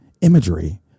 imagery